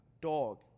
dog